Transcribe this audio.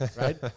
right